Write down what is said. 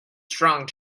strong